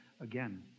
again